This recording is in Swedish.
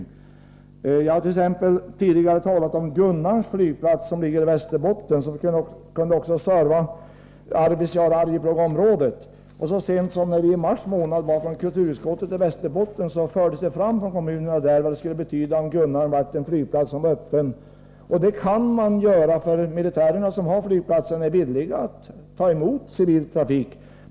Tidigare har jag exempelvis talat om Gunnarns flygplats, som ligger i Västerbotten och som också kan serva Arvidsjauroch Arjeplogområdet. Så sent som i mars månad, när kulturutskottet var i Västerbotten, framförde representanter för kommunerna där uppe vikten av att Gunnarns flygplats är öppen. Militären, som har flygplatsen, är också villig att ta emot civil trafik.